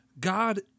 God